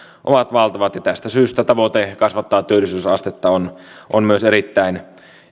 ovat valtavat ja tästä syystä tavoite kasvattaa työllisyysastetta on on myös erittäin